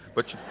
but